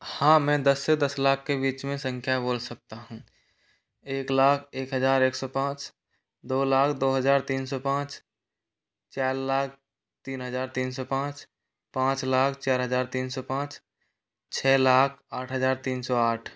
हाँ में दस से दस लाख के बीच में संख्या बोल सकता हूँ एक लाख एक हज़ार एक सौ पाँच दो लाख दो हज़ार तीन सौ पाँच चार लाख तीन हज़ार तीन सौ पाँच पाँच लाख चार हज़ार तीन सौ पाँच छः लाख आठ हज़ार तीन सौ आठ